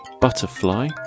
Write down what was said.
butterfly